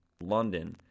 London